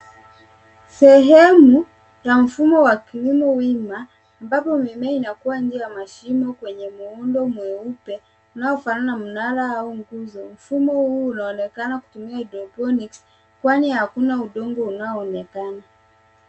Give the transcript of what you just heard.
Sehemu ya mfumo wa kilimo wima, ambapo mimea inakua nje ya mashimo kwenye muundo mweupe unaofanana na mnara au nguzo. Mfumo huu unaonekana kutumia hydroponics kwani hakuna udongo unaoonekana.